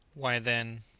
why then.